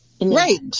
right